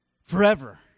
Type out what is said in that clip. forever